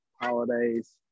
holidays